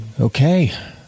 Okay